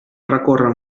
recórrer